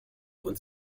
und